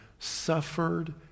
Suffered